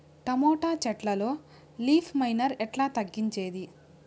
Tomato చెట్లల్లో leaf miner ఎట్లా తగ్గించేది?